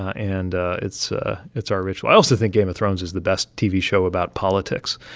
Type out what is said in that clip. ah and ah it's ah it's our ritual. i also think game of thrones is the best tv show about politics,